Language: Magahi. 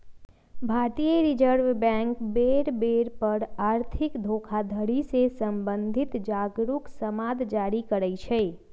भारतीय रिजर्व बैंक बेर बेर पर आर्थिक धोखाधड़ी से सम्बंधित जागरू समाद जारी करइ छै